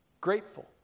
grateful